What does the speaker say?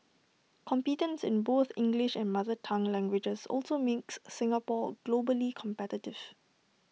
competence in both English and mother tongue languages also makes Singapore globally competition